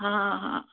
हा हा